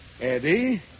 Eddie